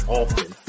often